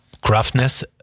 gruffness